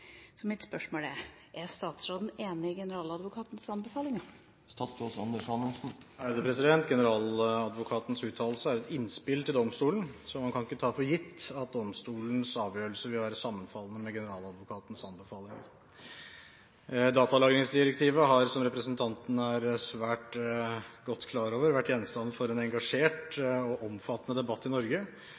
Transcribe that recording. Er statsråden enig i generaladvokatens anbefaling?» Generaladvokatens uttalelse er et innspill til domstolen, så man kan ikke ta for gitt at domstolens avgjørelse vil være sammenfallende med generaladvokatens anbefalinger. Datalagringsdirektivet har, som representanten Skei Grande er klar over, vært gjenstand for en engasjert og omfattende debatt i Norge,